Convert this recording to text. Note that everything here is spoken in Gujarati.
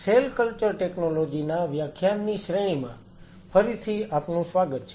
સેલ કલ્ચર ટેકનોલોજી ના વ્યાખ્યાનની શ્રેણીમાં ફરીથી આપનું સ્વાગત છે